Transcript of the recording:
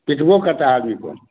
पिटबो करता है आदमी को